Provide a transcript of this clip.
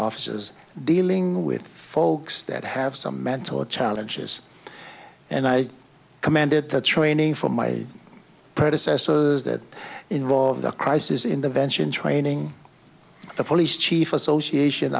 officers dealing with folks that have some mental challenges and i commanded the training from my predecessors that involved the crisis in the bench in training the police chief association